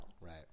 Right